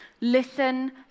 Listen